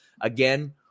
Again